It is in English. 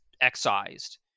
excised